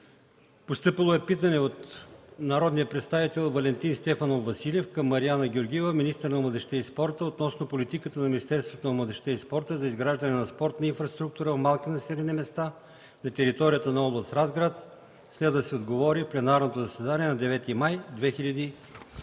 Постъпило е питане от народния представител Валентин Стефанов Василев към Мариана Георгиева – министър на младежта и спорта, относно политиката на Министерството на младежта и спорта за изграждане на спортна инфраструктура в малки населени места на територията на област Разград. Следва да се отговори в пленарното заседание на 9 май 2014